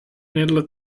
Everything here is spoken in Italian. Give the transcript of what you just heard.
nella